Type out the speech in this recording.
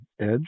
edge